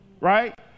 right